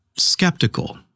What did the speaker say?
Skeptical